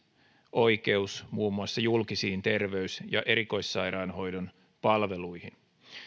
oikeus muun muassa julkisiin terveys ja erikoissairaanhoidon palveluihin